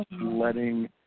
letting